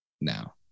now